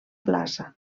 plaça